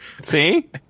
See